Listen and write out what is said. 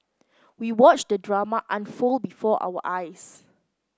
we watched the drama unfold before our eyes